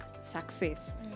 success